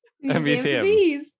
Museum